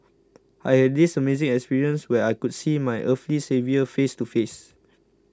I had this amazing experience where I could see my earthly saviour face to face